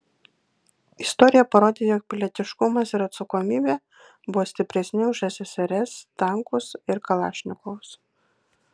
istorija parodė jog pilietiškumas ir atsakomybė buvo stipresni už ssrs tankus ir kalašnikovus